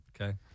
Okay